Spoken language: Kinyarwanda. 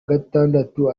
gatandatu